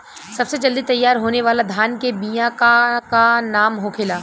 सबसे जल्दी तैयार होने वाला धान के बिया का का नाम होखेला?